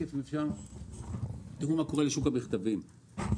תראו מה קורה לשוק המכתבים.